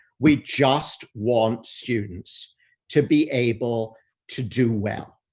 we just want students to be able to do well.